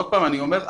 שוב אני אומר,